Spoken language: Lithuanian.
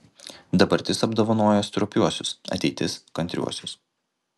dabartis apdovanoja stropiuosius ateitis kantriuosius